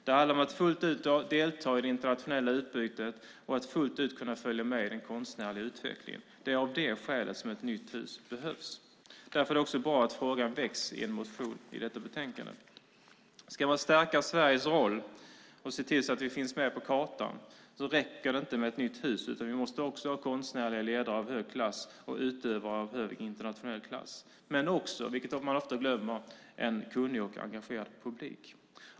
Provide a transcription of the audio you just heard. Det handlar om att fullt ut delta i det internationella kulturutbudet och att fullt ut kunna följa med i den konstnärliga utvecklingen. Det är av det skälet ett nytt hus behövs. Därför är det också bra att frågan väcks i en motion i detta betänkande. Ska man stärka Sveriges roll och se till att vi finns på kartan, räcker det inte med ett nytt hus, utan vi måste också ha konstnärliga ledare av hög klass och utövare av hög internationell klass. Vi måste också, vilket man ofta glömmer, ha en kunnig och engagerad publik.